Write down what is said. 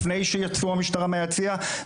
לפני שיצאו המשטרה מהיציע,